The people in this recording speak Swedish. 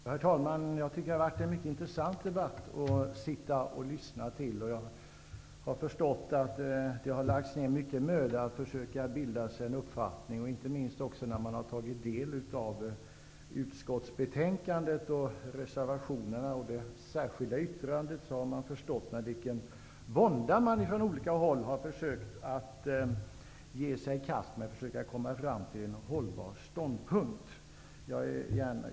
Herr talman! Det har varit en mycket intressant debatt att lyssna till. Jag förstår att man har lagt ner mycken möda på att bilda sig en uppfattning. När jag har tagit del av utskottsbetänkandet, reservationerna och det särskilda yttrandet har jag förstått med vilken vånda man från olika håll har försökt komma fram till en hållbar ståndpunkt.